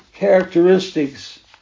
characteristics